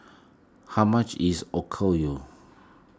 how much is Okayu